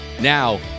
Now